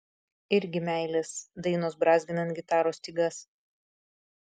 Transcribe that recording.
irgi meilės dainos brązginant gitaros stygas